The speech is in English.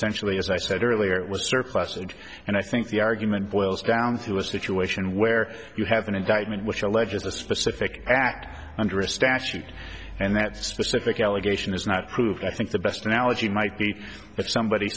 essentially as i said earlier it was surplusage and i think the argument boils down to a situation where you have an indictment which alleges a specific act under a statute and that specific allegation is not proved i think the best analogy might be if somebody